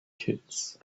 kids